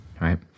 right